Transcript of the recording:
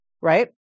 right